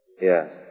Yes